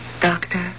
Doctor